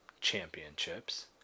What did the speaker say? Championships